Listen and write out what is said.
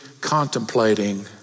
contemplating